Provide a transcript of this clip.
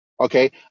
Okay